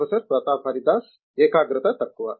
professor Pratap Haridas ఏకాగ్రత తక్కువ